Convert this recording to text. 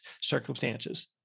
circumstances